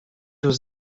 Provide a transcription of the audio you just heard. was